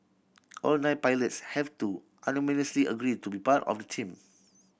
all nine pilots have to unanimously agree to be part of the team